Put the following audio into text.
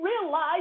realize